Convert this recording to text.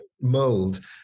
mold